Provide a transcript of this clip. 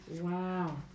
Wow